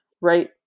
right